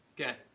Okay